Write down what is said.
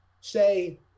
say